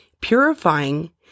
Purifying